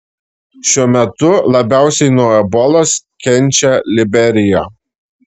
šiuo metu labiausiai nuo ebolos kenčia liberija